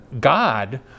God